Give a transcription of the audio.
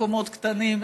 מקומות קטנים,